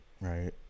Right